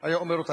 היה אומר אותן,